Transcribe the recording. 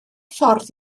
ffordd